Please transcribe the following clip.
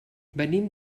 venim